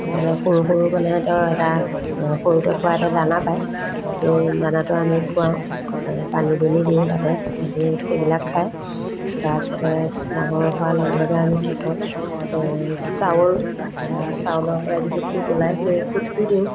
তেনে সৰু সৰু মানে তেওঁৰ এটা সৰুতে খোৱা এটা দানা পায় সেই দানাটো আমি খুৱাওঁ পানী দুনি দিওঁ তাতে সিহঁতি সেইবিলাক খায় তাৰপিছতে ডাঙৰ হোৱাৰ লগে লগে আমি কি কওঁ চাউল বা চাউলৰ পৰা যিটো খুট ওলায় সেই খুটটো দিওঁ